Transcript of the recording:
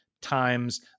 times